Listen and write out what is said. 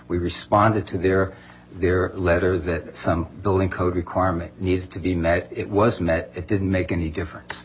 we responded to their their letter that some building code requirement needs to be met it was met it didn't make any difference